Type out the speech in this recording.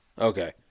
okay